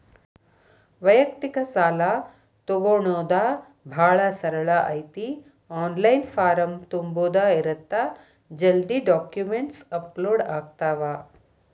ವ್ಯಯಕ್ತಿಕ ಸಾಲಾ ತೊಗೋಣೊದ ಭಾಳ ಸರಳ ಐತಿ ಆನ್ಲೈನ್ ಫಾರಂ ತುಂಬುದ ಇರತ್ತ ಜಲ್ದಿ ಡಾಕ್ಯುಮೆಂಟ್ಸ್ ಅಪ್ಲೋಡ್ ಆಗ್ತಾವ